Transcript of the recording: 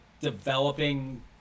developing